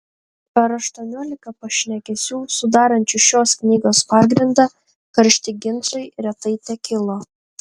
per aštuoniolika pašnekesių sudarančių šios knygos pagrindą karšti ginčai retai tekilo